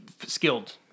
skilled